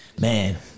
Man